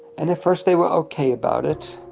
and at first they were ok about it,